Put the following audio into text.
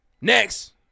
Next